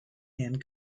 and